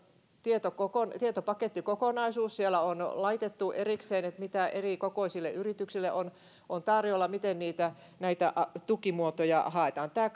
tietopakettikokonaisuus sinne on laitettu erikseen mitä erikokoisille yrityksille on on tarjolla miten näitä tukimuotoja haetaan tämä